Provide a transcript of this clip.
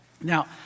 Now